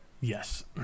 Yes